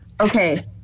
Okay